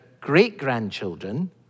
great-grandchildren